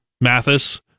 Mathis